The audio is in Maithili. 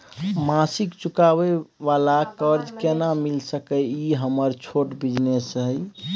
मासिक चुकाबै वाला कर्ज केना मिल सकै इ हमर छोट बिजनेस इ?